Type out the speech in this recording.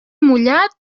mullat